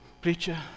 Preacher